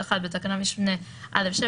(1) בתקנת משנה (א)(7),